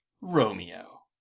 romeo